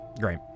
Great